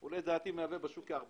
הוא מהווה, לדעתי, בשוק כ-3%,